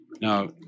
Now